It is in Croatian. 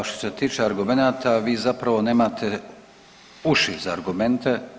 A što se tiče argumenata vi zapravo nemate uši za argumente.